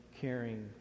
caring